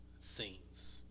scenes